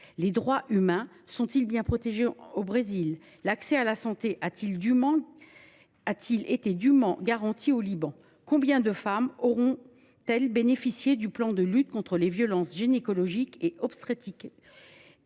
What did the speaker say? Les droits humains sont ils bien protégés au Brésil ? L’accès à la santé a t il été dûment garanti au Liban ? Combien de femmes auront elles bénéficié du plan de lutte contre les violences gynécologiques et obstétricales